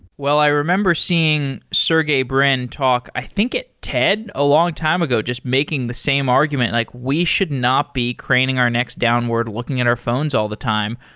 well, i remember seeing sergey brin talk i think at ted a long time ago just making the same argument, like, we should not be craning our next downward looking and at phones all the time.